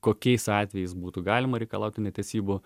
kokiais atvejais būtų galima reikalauti netesybų